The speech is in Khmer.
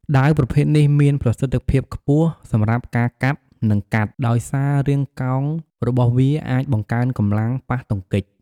ដាវប្រភេទនេះមានប្រសិទ្ធភាពខ្ពស់សម្រាប់ការកាប់ និងកាត់ ដោយសាររាងកោងរបស់វាអាចបង្កើនកម្លាំងប៉ះទង្គិច។